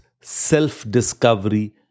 self-discovery